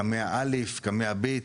קמ"ע א', קמ"ע ב',